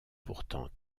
pourtant